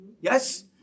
Yes